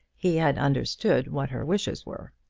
he had understood what her wishes were.